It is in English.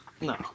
No